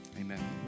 amen